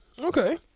Okay